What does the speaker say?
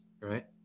right